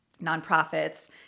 nonprofits